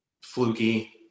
fluky